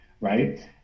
Right